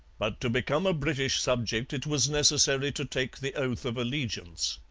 but to become a british subject it was necessary to take the oath of allegiance.